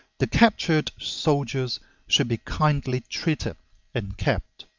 the captured soldiers should be kindly treated and kept.